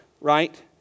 right